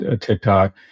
tiktok